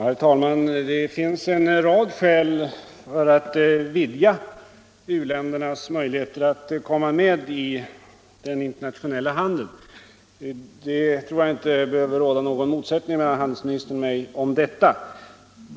Herr talman! Det finns en rad skäl för att vidga u-ländernas möjligheter att komma med i den internationella handeln. Jag tror inte att det behöver råda någon motsättning mellan handelsministern och mig om detta.